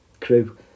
crew